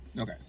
Okay